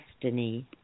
destiny